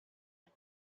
and